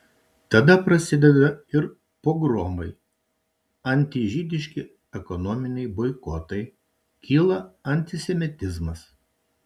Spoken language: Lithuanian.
tada prasideda ir pogromai antižydiški ekonominiai boikotai kyla antisemitizmas